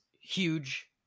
huge